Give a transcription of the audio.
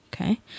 Okay